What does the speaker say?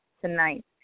tonight